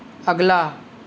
अगला